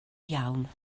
iawn